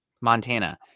Montana